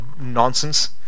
nonsense